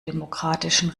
demokratischen